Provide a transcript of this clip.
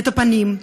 את הפנים,